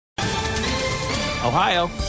Ohio